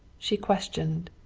she questioned.